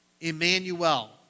Emmanuel